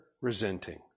resenting